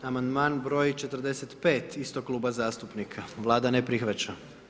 Amandman broj 45. istog kluba zastupnika, Vlada ne prihvaća.